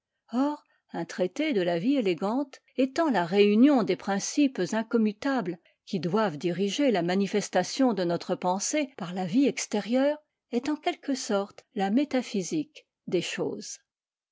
or un traité de la vie élégante étant la réunion des principes incommutables qui doivent diriger la manifestation de notre pensée par la vie extérieure est en quelque sorte la métaphysique des choses